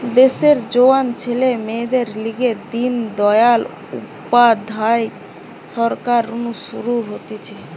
দেশের জোয়ান ছেলে মেয়েদের লিগে দিন দয়াল উপাধ্যায় সরকার নু শুরু হতিছে